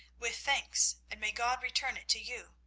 with thanks, and may god return it to you.